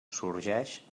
sorgeix